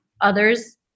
others